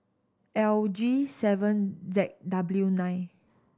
L G seven Z W nine